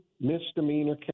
misdemeanor